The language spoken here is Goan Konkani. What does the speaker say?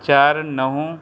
चार णव